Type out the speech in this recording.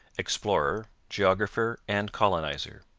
explorer, geographer, and colonizer.